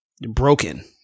broken